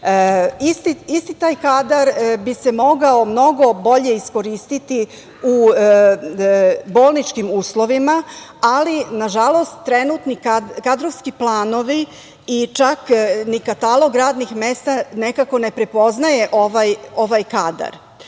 taj kadar bi se mogao mnogo bolje iskoristiti u bolničkim uslovima, ali nažalost, trenutni kadrovski planovi i čak ni katalog radnih mesta, ne prepoznaje ovaj kadar.